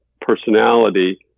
personality